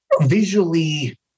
visually